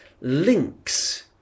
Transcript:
links